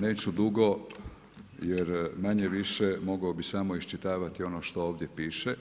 Neću dugo jer manje-više mogao bih samo iščitavati ono što ovdje piše